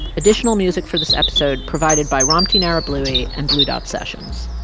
additional music for this episode provided by ramtin ah arablouei and blue dot sessions.